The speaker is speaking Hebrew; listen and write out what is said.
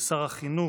לשר החינוך,